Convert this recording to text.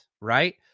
right